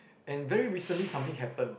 and very recently something happened